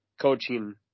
coaching